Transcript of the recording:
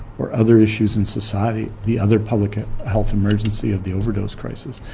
or other issues in society, the other public health emergency of the overdose crisis,